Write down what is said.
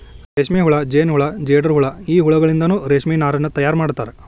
ರೇಷ್ಮೆಹುಳ ಜೇನಹುಳ ಜೇಡರಹುಳ ಈ ಹುಳಗಳಿಂದನು ರೇಷ್ಮೆ ನಾರನ್ನು ತಯಾರ್ ಮಾಡ್ತಾರ